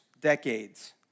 decades